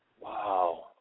Wow